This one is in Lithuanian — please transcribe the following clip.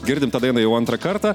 girdim tą dainą jau antrą kartą